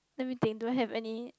let me think do I have any